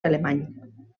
alemany